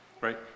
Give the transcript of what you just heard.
right